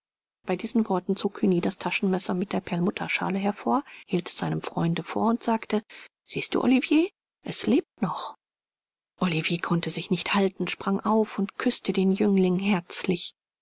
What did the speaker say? bei diesen worten zog cugny das taschenmesser mit der perlmutterschale hervor hielt es seinem freunde vor und sagte siehst du olivier es lebt noch olivier konnte sich nicht halten sprang auf und küßte den jüngling herzlich